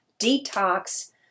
detox